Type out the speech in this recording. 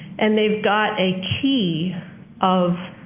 and they've got a key of